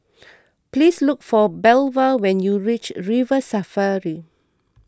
please look for Belva when you reach River Safari